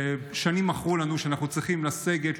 ששנים מכרו לנו שאנחנו צריכים לסגת,